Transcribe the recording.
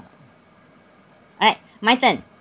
alright my turn